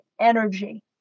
energy